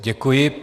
Děkuji.